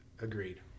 Agreed